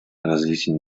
развитие